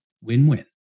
Win-win